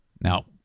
Now